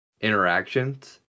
interactions